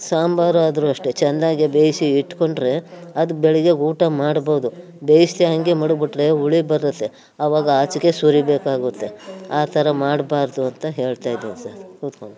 ಸಾಂಬಾರು ಆದರೂ ಅಷ್ಟೇ ಚೆನ್ನಾಗೇ ಬೇಯಿಸಿ ಇಟ್ಕೊಂಡರೆ ಅದು ಬೆಳಗ್ಗೆಗೆ ಊಟ ಮಾಡ್ಬೋದು ಬೇಯಿಸದೇ ಹಂಗೆ ಮಡಗಿಬಿಟ್ರೆ ಹುಳಿ ಬರುತ್ತೆ ಆವಾಗ ಆಚೆಗೆ ಸುರಿಬೇಕಾಗುತ್ತೆ ಆ ಥರ ಮಾಡಬಾರ್ದು ಅಂತ ಹೇಳ್ತಾಯಿದ್ದೀನಿ ಸರ್